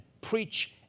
preach